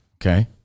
Okay